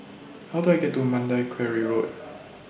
How Do I get to Mandai Quarry Road